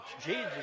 Jesus